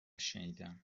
شنیدم